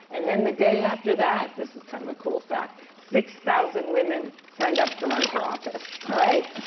and then the day after that, this is kind of a cool fact, six thousand women signed up to run for office, all right?